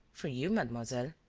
for you, mademoiselle.